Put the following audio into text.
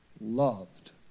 loved